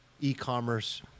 e-commerce